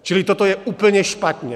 Čili toto je úplně špatně.